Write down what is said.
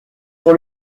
pour